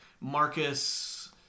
Marcus